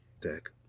deck